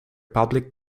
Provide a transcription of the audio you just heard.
public